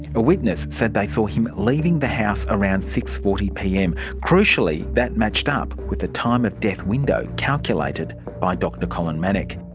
a witness said they saw him leaving the house around six. forty pm. crucially that matched up with the time-of-death window calculated by dr colin manock.